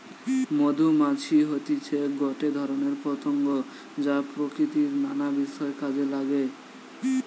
মধুমাছি হতিছে গটে ধরণের পতঙ্গ যা প্রকৃতির নানা বিষয় কাজে নাগে